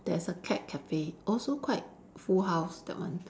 there's a cat cafe also quite full house that one